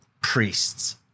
priests